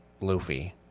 Luffy